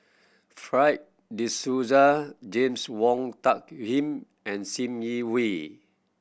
Fred De Souza James Wong Tuck Yim and Sim Yi Hui